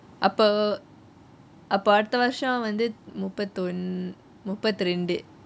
அப்போ அப்போ அடுத்த வருஷம் வந்து முப்பத்தி ஒன்னு முப்பத்தி ரெண்டு: appo appo aduthe varusham vanthu mupathi onnnu mupathi rendu